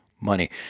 money